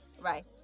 Right